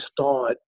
thought